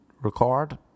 record